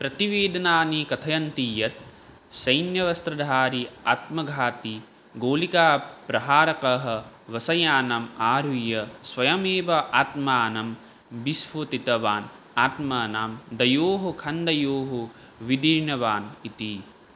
प्रतिवेदनानि कथयन्ति यत् सैन्यवस्त्रधारी आत्मघाती गोलिका प्रहारकः बस् यानम् आरुह्य स्वयमेव आत्मानं विस्फोटितवान् आत्मानं द्वयोः खण्डयोः विदीर्णवान् इति